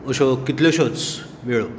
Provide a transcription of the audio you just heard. अश्यो कितल्योश्योच वेळो